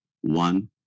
one